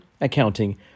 accounting